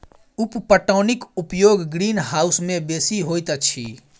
उप पटौनीक उपयोग ग्रीनहाउस मे बेसी होइत अछि